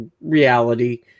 reality